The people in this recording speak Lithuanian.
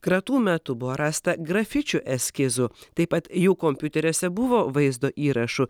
kratų metu buvo rasta grafičių eskizų taip pat jų kompiuteriuose buvo vaizdo įrašų